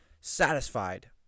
satisfied